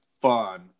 fun